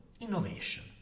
innovation